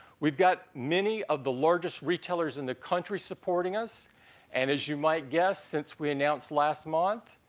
we've got many of the largest retailers in the country supporting us and as you might guess since we announced last month,